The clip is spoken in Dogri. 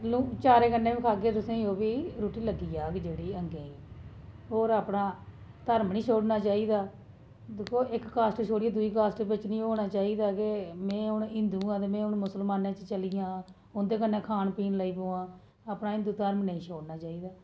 लून चारै कन्नै बी खाह्गे तुसे ईं ओह्बी रुट्टी लग्गी जाह्ग जेह्ड़ी अंगे ई और अपना धर्म निं छोड़ना चाहिदा दिक्खो इक कास्ट छोड़ी दूई कास्ट बिच नेईं होना चाहिदा कि में हून हिन्दू आं ते में हून मुस्लमाने च चली जां उं'दे कन्नै खान पीन लेई पवां अपना हिन्दू धर्म नेई छोड़ना चाहिदा